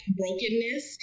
brokenness